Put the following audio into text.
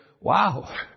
wow